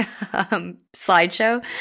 slideshow